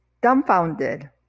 dumbfounded